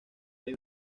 hay